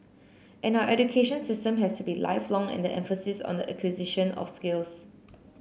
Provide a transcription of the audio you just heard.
and our education system has to be lifelong and the emphasis on the acquisition of skills